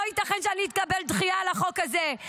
לא ייתכן שאני אקבל דחייה על החוק הזה.